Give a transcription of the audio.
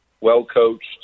well-coached